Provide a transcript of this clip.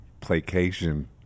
placation